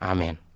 Amen